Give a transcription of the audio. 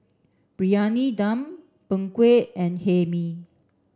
briyani dum png kueh and hae mee